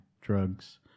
drugs